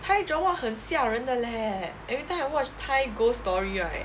thai drama 很吓人的 leh every time I watch thai ghost story right